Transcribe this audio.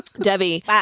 Debbie